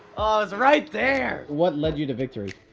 was right there. what led you to victory?